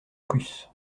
plus